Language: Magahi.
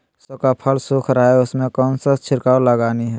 सरसो का फल सुख रहा है उसमें कौन सा छिड़काव लगानी है?